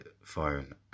phone